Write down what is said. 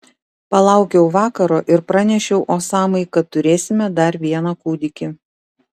palaukiau vakaro ir pranešiau osamai kad turėsime dar vieną kūdikį